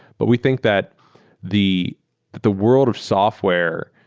but we think that the that the world of software,